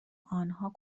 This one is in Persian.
آنها